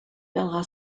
perdra